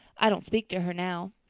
i don't speak to her now.